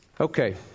Okay